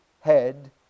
head